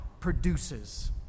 produces